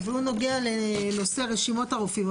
והוא נוגע לנושא רשימות רופאים.